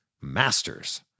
Masters